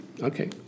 Okay